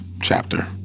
chapter